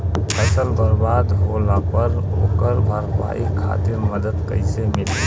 फसल बर्बाद होला पर ओकर भरपाई खातिर मदद कइसे मिली?